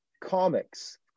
comics